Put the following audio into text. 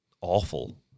awful